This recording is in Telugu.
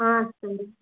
వస్తుంది